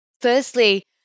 Firstly